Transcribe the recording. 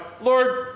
Lord